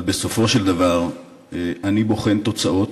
אבל בסופו של דבר אני בוחן תוצאות,